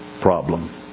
problem